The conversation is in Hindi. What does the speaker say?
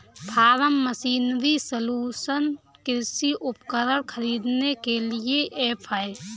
फॉर्म मशीनरी सलूशन कृषि उपकरण खरीदने के लिए ऐप है